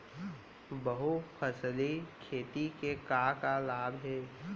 बहुफसली खेती के का का लाभ हे?